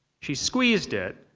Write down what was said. she squeezed it,